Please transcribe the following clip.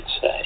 say